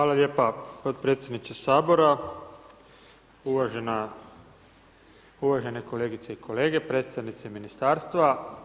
Hvala lijepa potpredsjedniče Sabora, uvažene kolegice i kolege, predstavnici Ministarstva.